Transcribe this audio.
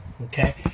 Okay